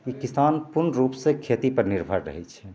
कि किसान पूर्ण रूपसे खेतीपर निर्भर रहै छै